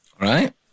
Right